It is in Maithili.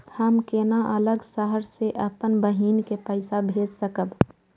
हम केना अलग शहर से अपन बहिन के पैसा भेज सकब?